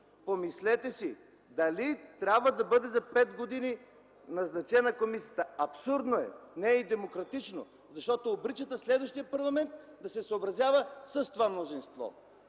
помислете си, дали трябва да бъде назначена комисията за пет години. Абсурдно е, не е демократично, защото обричате следващия парламент да се съобразява с това мнозинство.